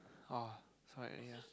oh